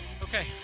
Okay